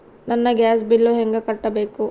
ನನ್ನ gas bill ಹೆಂಗ ಕಟ್ಟಬೇಕು?